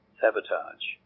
sabotage